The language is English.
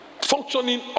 functioning